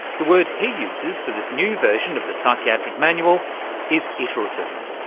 the word he uses for this new version of the psychiatric manual is iterative.